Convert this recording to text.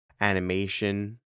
animation